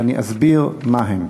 ואני אסביר מה הם.